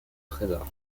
trésor